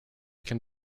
can